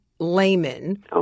Layman